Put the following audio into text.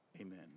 Amen